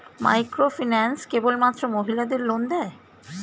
Microfinance কেবলমাত্র মহিলাদের loan দেয়?